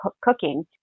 cooking